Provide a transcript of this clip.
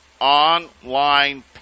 online